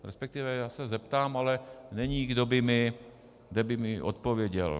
Respektive já se zeptám, ale není, kdo by mi odpověděl.